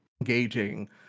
Engaging